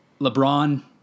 LeBron